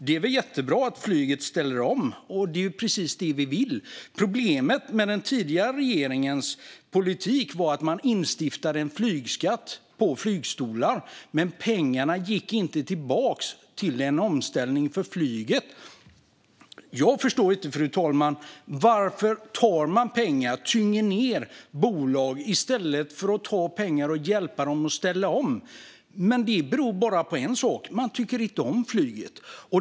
Det är väl jättebra att flyget ställer om. Det är ju precis det vi vill. Problemet med den tidigare regeringens politik var att man instiftade en skatt på flygstolar men att pengarna inte gick tillbaka till omställning för flyget. Jag förstår inte, fru talman, varför man tar pengar och tynger ned bolag i stället för att ta pengar och hjälpa dem att ställa om. Det kan bara bero på en sak: Man tycker inte om flyget.